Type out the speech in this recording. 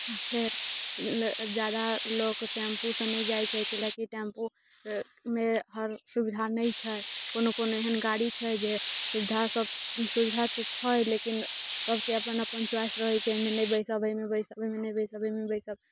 आ फेर जादा लोक टेम्पूसँ नहि जाइत छै कयलाकि टेम्पूमे हर सुविधा नहि छै कोनो कोनो एहन गाड़ी छै जे सुविधासँ सुविधा तऽ छै लेकिन सबके अपन अपन चॉइस रहैत छै एहिमे नहि बैसब एहिमे बैसब एहिमे नहि बैसब एहिमे बैसब